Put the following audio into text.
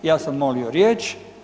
Ja sam molio riječ.